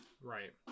Right